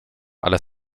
ale